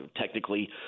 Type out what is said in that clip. technically